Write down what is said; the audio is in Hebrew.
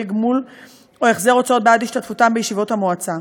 גמול או החזר הוצאות בעד השתתפותם בישיבות המועצה.